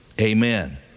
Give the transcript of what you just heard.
Amen